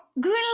green